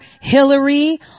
Hillary